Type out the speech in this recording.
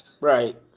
Right